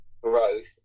growth